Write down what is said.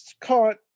caught